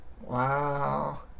Wow